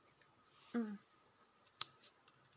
mm